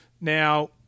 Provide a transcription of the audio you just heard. Now